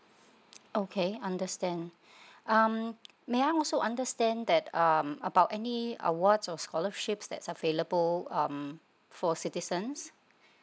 okay understand um may I also understand that um about any awards or scholarships that's available um for citizens